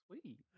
sweet